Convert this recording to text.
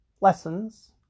lessons